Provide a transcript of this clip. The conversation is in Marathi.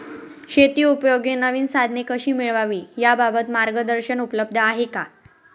शेतीउपयोगी नवीन साधने कशी मिळवावी याबाबत मार्गदर्शन उपलब्ध आहे का?